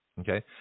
Okay